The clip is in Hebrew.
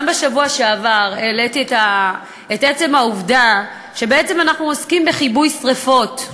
גם בשבוע שעבר העליתי את העובדה שבעצם אנחנו עוסקים בכיבוי שרפות.